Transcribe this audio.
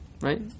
right